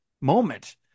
moment